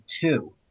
two